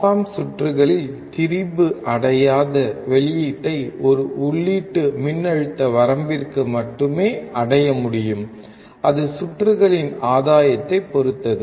op amp சுற்றுகளில் திரிபு அடையாத வெளியீட்டை ஒரு உள்ளீட்டு மின்னழுத்த வரம்பிற்கு மட்டுமே அடைய முடியும் அது சுற்றுகளின் ஆதாயத்தைப் பொறுத்தது